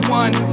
one